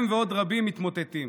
הם ועוד רבים מתמוטטים.